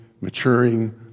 maturing